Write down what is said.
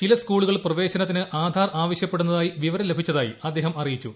ചില സ്കൂളുകൾ പ്രവേശനത്തിന് ആധാർ ആവശ്യപ്പെടുന്നതായി വിവരം ലഭിച്ചതായി അദ്ദേഹം അറിയിച്ചു